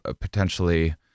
potentially